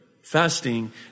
Fasting